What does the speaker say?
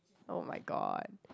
!oh-my-god!